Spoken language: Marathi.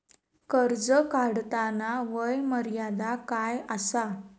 कर्ज काढताना वय मर्यादा काय आसा?